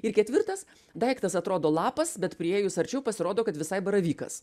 ir ketvirtas daiktas atrodo lapas bet priėjus arčiau pasirodo kad visai baravykas